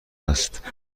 است